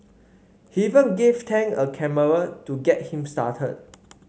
he even gave Tang a camera to get him started